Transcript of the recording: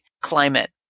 climate